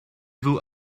vous